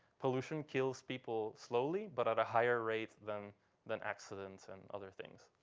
pollution kills people slowly but at a higher rate than than accidents and other things.